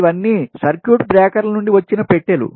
ఇవన్నీ సర్క్యూట్ బ్రేకర్ల నుండి వచ్చిన పెట్టెలు